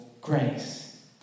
grace